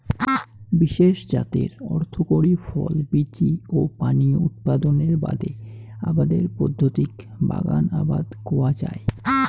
বিশেষ জাতের অর্থকরী ফল, বীচি ও পানীয় উৎপাদনের বাদে আবাদের পদ্ধতিক বাগান আবাদ কওয়া যায়